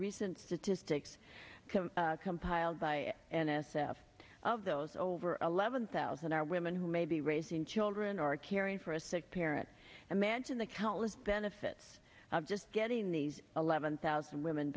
recent statistics compiled by n s f of those over eleven thousand are women who may be raising children or caring for a sick parent imagine the countless benefits of just getting these eleven thousand women